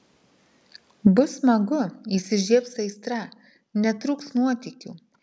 bus smagu įsižiebs aistra netrūks nuotykių